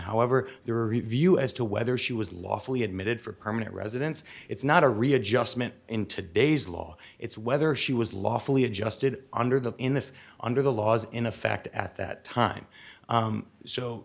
however there are review as to whether she was lawfully admitted for permanent residence it's not a readjustment in today's law it's whether she was lawfully adjusted under the in if under the laws in effect at that time